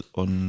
on